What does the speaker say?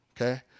okay